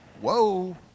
Whoa